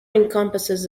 encompasses